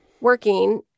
working